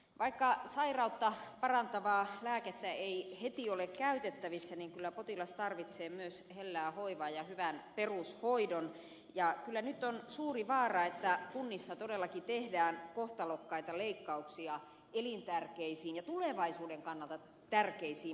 vaikka sairautta parantavaa lääkettä ei heti ole käytettävissä niin kyllä potilas tarvitsee myös hellää hoivaa ja hyvän perushoidon ja kyllä nyt on suuri vaara että kunnissa todellakin tehdään kohtalokkaita leikkauksia elintärkeisiin ja tulevaisuuden kannalta tärkeisiin palveluihin